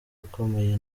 ukomeye